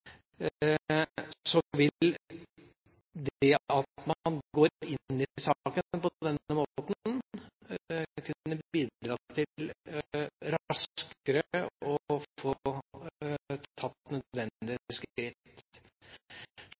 Så det at man går inn i saken på denne måten, vil kunne bidra til raskere å få tatt nødvendige skritt.